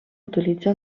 utilitza